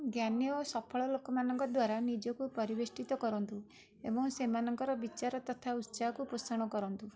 ଜ୍ଞାନୀ ଓ ସଫଳ ଲୋକମାନଙ୍କ ଦ୍ଵାରା ନିଜକୁ ପରିବେଷ୍ଟିତ କରନ୍ତୁ ଏବଂ ସେମାନଙ୍କ ବିଚାର ତଥା ଉତ୍ସାହକୁ ପୋଷଣ କରନ୍ତୁ